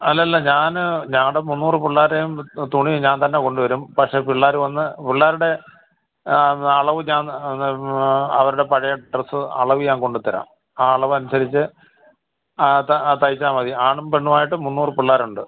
അല്ലല്ല ഞാൻ ഞങ്ങളുടെ മുന്നൂറ് പിള്ളാരെയും തുണി ഞാൻ തന്നെ കൊണ്ട് വരും പക്ഷേ പിള്ളേർ വന്ന് പിള്ളാരുടെ അളവ് ഞാൻ അത് അവരുടെ പഴയ ഡ്രസ്സ് അളവ് ഞാൻ കൊണ്ടത്തരാം ആ അളവനുസരിച്ച് ആ ത തെയ്ച്ചാൽ മതി ആണും പെണ്ണുവായിട്ട് മുന്നൂറ് പിള്ളാരുണ്ട്